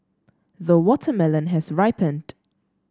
the watermelon has ripened